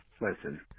Listen